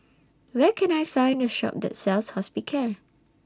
Where Can I Find A Shop that sells Hospicare